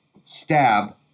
stab